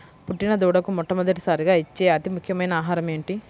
పుట్టిన దూడకు మొట్టమొదటిసారిగా ఇచ్చే అతి ముఖ్యమైన ఆహారము ఏంటి?